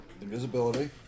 Invisibility